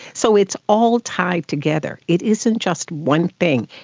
so it's all tied together. it isn't just one thing.